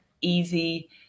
easy